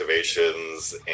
activations